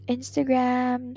Instagram